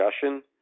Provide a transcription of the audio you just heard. discussion